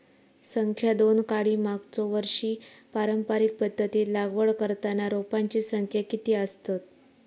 संख्या दोन काडी मागचो वर्षी पारंपरिक पध्दतीत लागवड करताना रोपांची संख्या किती आसतत?